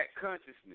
consciousness